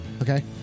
Okay